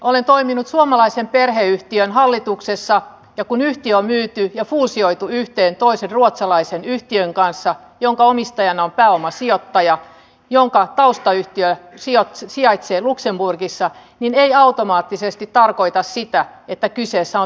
olen toiminut suomalaisen perheyhtiön hallituksessa ja kun yhtiö on myyty ja fuusioitu yhteen toisen ruotsalaisen yhtiön kanssa jonka omistajana on pääomasijoittaja jonka taustayhtiö sijaitsee luxemburgissa niin se ei automaattisesti tarkoita sitä että kyseessä on veronkiertoyhtiö